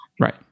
Right